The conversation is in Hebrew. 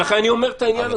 ולכן אני אומר את העניין הזה.